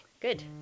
Good